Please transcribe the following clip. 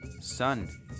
Son